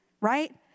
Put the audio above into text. right